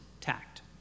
tact